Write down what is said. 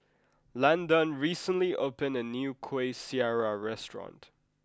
Landan recently opened a new Kuih Syara restaurant